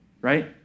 right